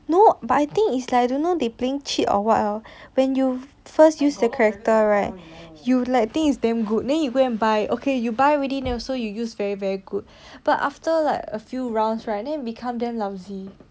no but I think is like I don't know they playing cheat or what hor when you first use the character right you like think is damn good then you go and buy okay you buy already so you use very very good but after like a few rounds right then it becomes damn lousy